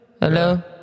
Hello